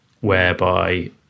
whereby